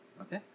Okay